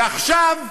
ועכשיו,